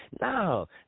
No